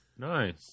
Nice